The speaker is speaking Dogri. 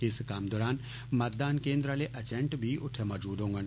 इस कम्म दौरान मतदान केन्द्र आहले एजेन्ट बी उत्थे मौजूद होंगन